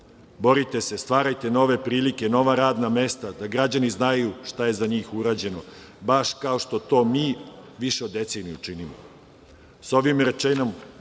Borite se, stvarajte nove prilike, nova radna mesta, da građani znaju šta je za njih urađeno, baš kao što to mi više od decenije činimo. Sa